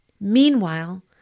Meanwhile